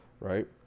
right